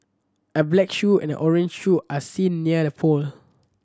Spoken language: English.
a black shoe and orange shoe are seen near the pole